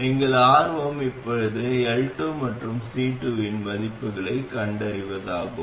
எங்கள் ஆர்வம் இப்போது L2 மற்றும் C2 இன் மதிப்புகளைக் கண்டறிவதாகும்